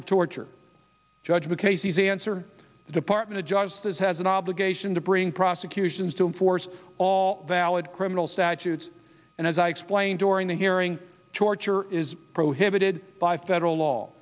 of torture judge mckay's easy answer the department of justice has an obligation to bring prosecutions to enforce all valid criminal statutes and as i explained during the hearing torture is prohibited by federal law